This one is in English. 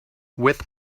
with